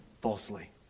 falsely